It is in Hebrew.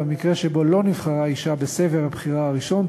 במקרה שבו לא נבחרה אישה בסבב הבחירה הראשון,